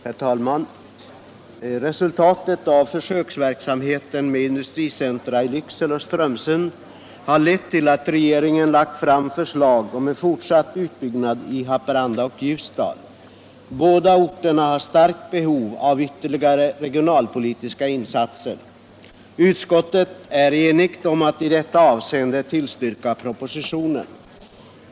Herr talman! Resultatet av försöksverksamheten med industricentra i Lycksele och Strömsund har lett till att regeringen lagt fram förslag om en fortsatt utbyggnad i Haparanda och Ljusdal. Båda orterna har starkt behov av ytterligare regionalpolitiska insatser. Utskottet är enigt om att i detta avseende tillstyrka propositionen.